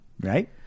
Right